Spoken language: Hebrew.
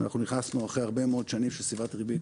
אנחנו נכנסנו אחרי הרבה מאוד שנים של סביבת ריבית